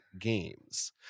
games